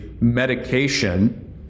medication